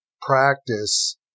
practice